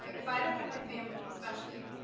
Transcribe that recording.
if i didn't have my family especially